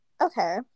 okay